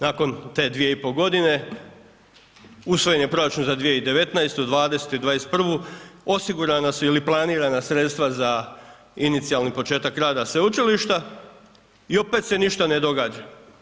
Nakon te dvije i po godine usvojen je proračun za 2019., 2020. i 2021., osigurana su ili planirana sredstva za inicijalni početak rada sveučilišta i opet se ništa ne događa.